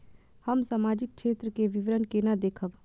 हम सामाजिक क्षेत्र के विवरण केना देखब?